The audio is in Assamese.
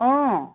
অঁ